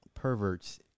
perverts